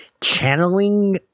channeling